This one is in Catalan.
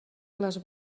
les